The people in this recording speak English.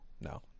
No